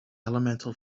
elemental